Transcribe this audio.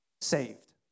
saved